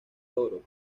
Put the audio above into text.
oro